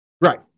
right